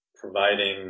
providing